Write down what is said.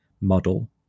model